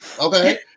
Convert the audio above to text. Okay